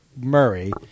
Murray